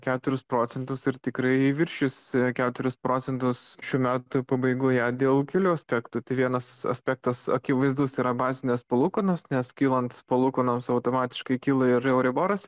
keturis procentus ir tikrai viršys keturis procentus šių metų pabaigoje dėl kelių aspektų tai vienas aspektas akivaizdus yra bazinės palūkanos nes kylant palūkanoms automatiškai kyla ir euriboras